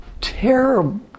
terrible